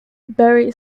berry